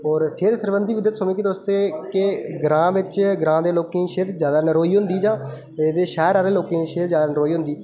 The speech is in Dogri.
होर सेह्त सरबंधी बी दस्सी ओड़ो की तुस कि ग्रांऽ बिच ग्रांऽ दे लोकें दी सेह्त जादा नरोई होंदी जां एह्दे शैह्र आह्ले लोकें दी सेह्त जादा नरोई होंदी